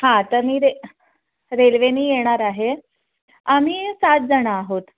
हां तर मी रे रेल्वेने येणार आहे आम्ही सातजण आहोत